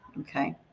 Okay